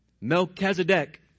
Melchizedek